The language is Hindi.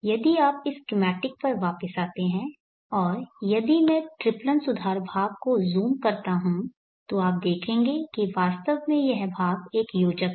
यदि आप इस स्कीमैटिक पर वापस आते हैं और यदि मैं ट्रिप्लन सुधार भाग को ज़ूम करता हूं तो आप देखेंगे कि वास्तव में यह भाग एक योजक है